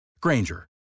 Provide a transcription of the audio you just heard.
Granger